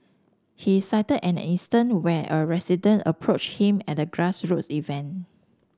he cited an instance where a resident approached him at a grassroots event